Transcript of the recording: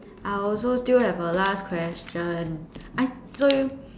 I also still have a last question I